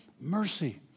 mercy